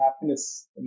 happiness